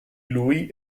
lui